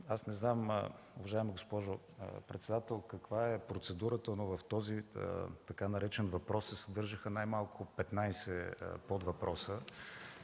Монев. Уважаема госпожо председател, не знам каква е процедурата, но в този така наречен „въпрос” се съдържаха най-малко 15 подвъпроса